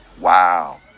Wow